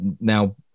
now